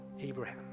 Abraham